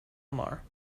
amar